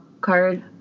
card